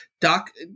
Doc